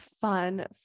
fun